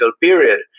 period